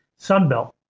Sunbelt